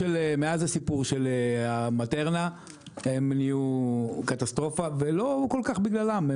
מאז הסיפור של המטרנה הם נהיו קטסטרופה ולא כל כך בגללם,